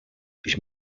ich